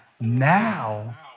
now